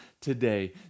today